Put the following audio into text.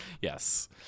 Yes